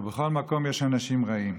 ובכל מקום יש אנשים רעים.